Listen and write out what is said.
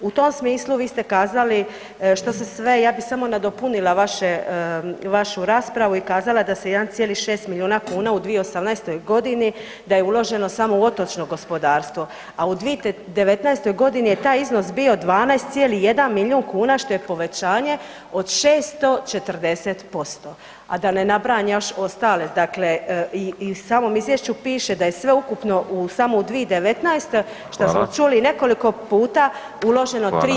U tom smislu vi ste kazali što se sve, ja bi samo nadopunila vaše, vašu raspravu i kazala da se 1,6 milijuna kuna u 2018.g. da je uloženo samo u otočno gospodarstvo, a u 2019.g. je taj iznos bio 12,1 milijun kuna što je povećanje od 640%, a da ne nabrajam još ostale, dakle i u samom izvješću piše da je sveukupno u samo u 2019 [[Upadica: Hvala]] šta smo čuli nekoliko puta [[Upadica: Hvala]] uloženo 3 milijarde kuna.